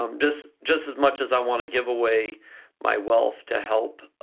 um just just as much as i wanna give away my wealth to help